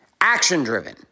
Action-driven